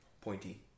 pointy